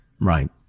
Right